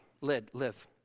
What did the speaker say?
live